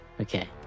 Okay